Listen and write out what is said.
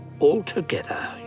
altogether